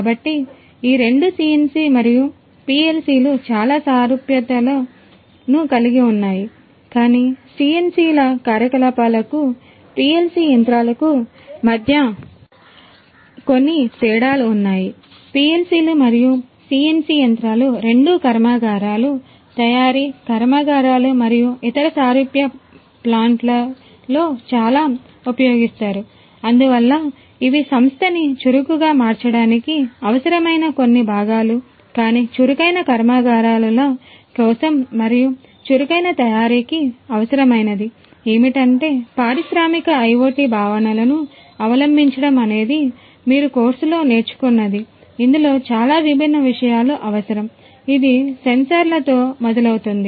కానీ సిఎన్సితో మొదలవుతుంది